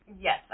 Yes